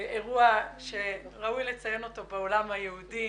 אירוע שראוי לציין אותו בעולם היהודי,